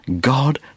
God